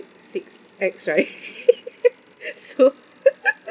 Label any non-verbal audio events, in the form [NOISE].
six X right [LAUGHS] so [LAUGHS]